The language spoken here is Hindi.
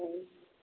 नहीं